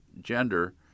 gender